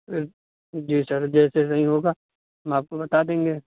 پھر جی سر جیسے صحیح ہوگا ہم آپ کو بتا دیں گے